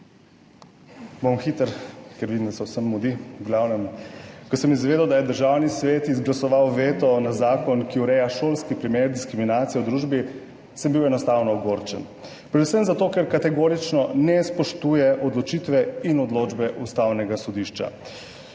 Bom hiter, ker vidim, da se vsem mudi. V glavnem, ko sem izvedel, da je Državni svet izglasoval veto na zakon, ki ureja šolski primer diskriminacije v družbi, sem bil enostavno ogorčen. Predvsem zato, ker kategorično ne spoštuje odločitve in odločbe Ustavnega sodišča.